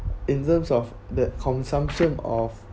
in terms of that consumption of